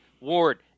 Ward